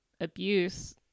abuse